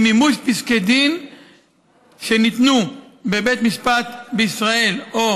היא מימוש פסקי דין שניתנו בבית משפט בישראל או